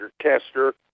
Tester